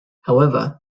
however